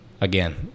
again